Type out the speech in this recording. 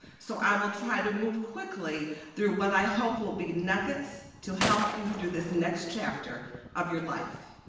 so i will try to move quickly through what i hope will be nuggets to help you through this next chapter of your life.